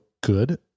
good